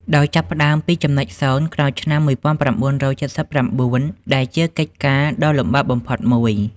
ដោយចាប់ផ្ដើមពីចំណុចសូន្យក្រោយឆ្នាំ ១៩៧៩ ដែលជាកិច្ចការដ៏លំបាកបំផុតមួយ។